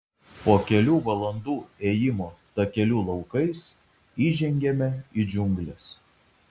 po kelių valandų ėjimo takeliu laukais įžengiame į džiungles